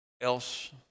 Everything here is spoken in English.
else